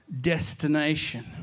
destination